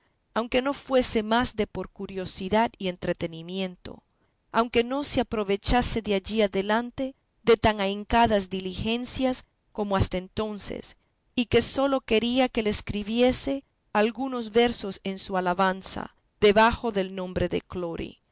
aunque no fuese más de por curiosidad y entretenimiento aunque no se aprovechase de allí adelante de tan ahincadas diligencias como hasta entonces y que sólo quería que le escribiese algunos versos en su alabanza debajo del nombre de clori